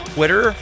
Twitter